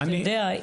אתה יודע,